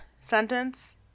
sentence